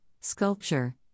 sculpture